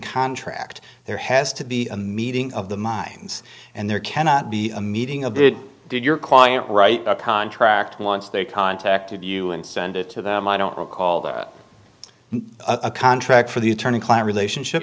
contract there has to be a meeting of the minds and there cannot be a meeting of the did your client write a contract once they contacted you and sent it to them i don't recall that in a contract for the attorney client relationship